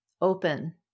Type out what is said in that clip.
open